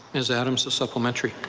ms. adams, a supplementary.